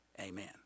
amen